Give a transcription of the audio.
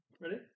Ready